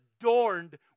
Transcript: adorned